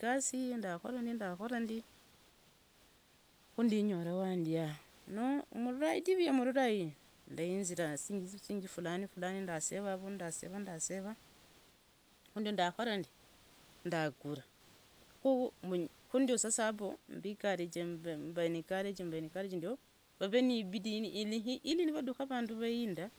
Igasi li ndakhola ndakhola ndi khandinyola wandi yaha noo mloloidiri. Yamurora iyi ndainziranga zisirinyi fulani ndasera avandu ndasera ndasera. Khu ndio ndangura khu sasa apo mbe na courage yakhuvola vavee na courage ili vaduka vandu vahindira,